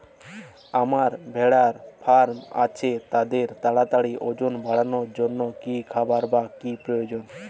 আমার ভেড়ার ফার্ম আছে তাদের তাড়াতাড়ি ওজন বাড়ানোর জন্য কী খাবার বা কী প্রয়োজন?